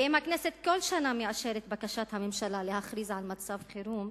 ואם הכנסת בכל שנה מאשרת את בקשת הממשלה להכריז על מצב חירום,